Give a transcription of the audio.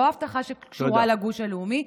לא הבטחה שקשורה לגוש הלאומי,